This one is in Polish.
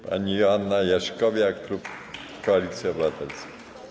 Pani Joanna Jaśkowiak, klub Koalicja Obywatelska.